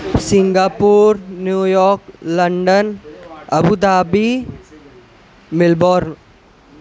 سنگا پور New York London Abu Dhabi Melbourne